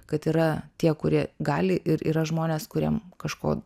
kad yra tie kurie gali ir yra žmonės kuriem kažko